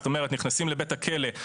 זאת אומרת נכנסים לבית הכלא,